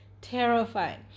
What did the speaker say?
terrifying